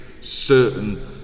Certain